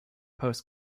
post